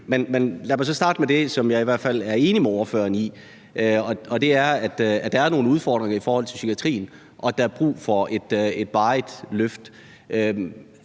lad mig så starte med det, som jeg i hvert fald er enig med ordføreren i, og det er, at der er nogle udfordringer i forhold til psykiatrien, og at der er brug for et varigt løft.